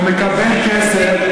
והוא מקבל כסף,